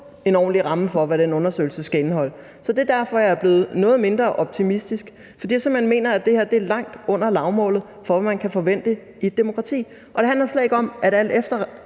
en ordentlig ramme for, hvad den undersøgelse skal indeholde. Så det er derfor, at jeg er blevet noget mindre optimistisk; fordi jeg simpelt hen mener, at det her er langt under lavmålet, med hensyn til hvad man kan forvente i et demokrati. Og det handler slet ikke om, at alt